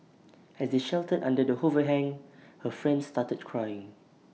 as they sheltered under the overhang her friend started crying